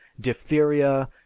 diphtheria